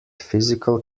physical